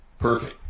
Perfect